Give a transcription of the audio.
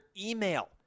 email